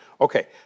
Okay